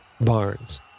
Barnes